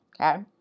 Okay